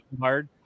hard